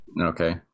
Okay